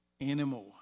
anymore